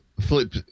flip